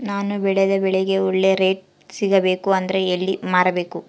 ನಾನು ಬೆಳೆದ ಬೆಳೆಗೆ ಒಳ್ಳೆ ರೇಟ್ ಸಿಗಬೇಕು ಅಂದ್ರೆ ಎಲ್ಲಿ ಮಾರಬೇಕು?